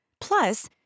plus